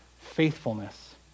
faithfulness